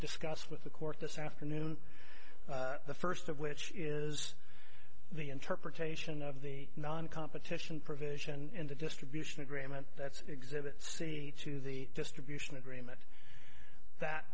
discuss with the court this afternoon the first of which is the interpretation of the non competition provision in the distribution agreement that's exhibit c to the distribution agreement that